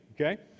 okay